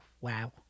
wow